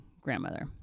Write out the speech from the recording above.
grandmother